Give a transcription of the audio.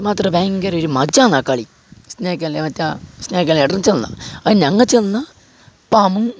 അത് മാത്രല്ല ഭയങ്കര ഒരു മജ്ജ ആണ് ആ കളി സ്നേക് അല്ല മറ്റെ സ്നേക് ആൻഡ് ലാഡർ ചുവന്ന ഞങ്ങൾ ചുവന്ന പാമ്പും